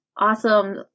awesome